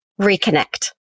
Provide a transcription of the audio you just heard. reconnect